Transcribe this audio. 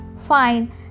fine